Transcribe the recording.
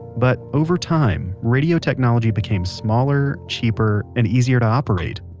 but over time, radio technology became smaller, cheaper, and easier to operate.